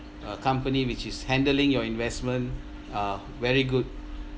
uh company which is handling your investment are very good